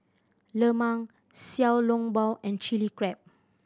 lemang Xiao Long Bao and Chilli Crab